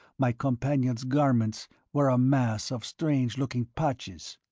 my companion's garments were a mass of strange-looking patches.